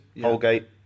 Holgate